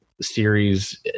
series